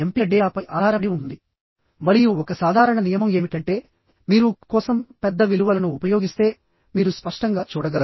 ఒకవేళ staggered pitch ఒక్కొక్క కేసులో ఒక్కొక్క విధంగా ఉంటే ఉదాహరణకి ఈ కేసు చూడండి